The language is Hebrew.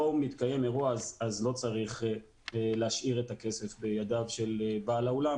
מתקיים אירוע אז לא צריך להשאיר את הכסף בידיו של בעל האולם,